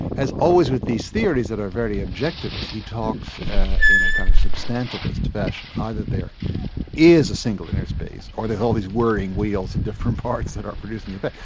as always with these theories that are very objectivist he talks in a kind of substantivist fashion, either there is a single inner space, or there's all these whirring wheels and different parts that are producing the but